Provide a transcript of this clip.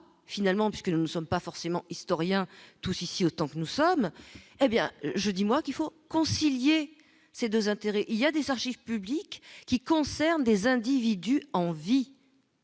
finalement, puisque nous ne sommes pas forcément historien tous ici autant que nous sommes, hé bien je dis moi qu'il faut concilier ces 2 intérêts, il y a des archives publiques qui concernent des individus envie